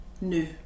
new